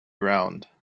ground